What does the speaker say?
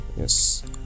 Yes